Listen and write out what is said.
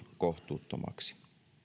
kohtuuttomaksi